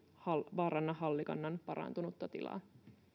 vaaranna hallikannan parantunutta tilaa